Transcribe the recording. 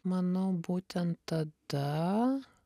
manau būtent tada